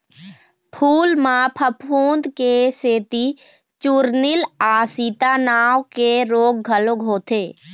फूल म फफूंद के सेती चूर्निल आसिता नांव के रोग घलोक होथे